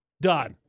done